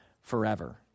forever